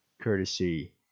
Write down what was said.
courtesy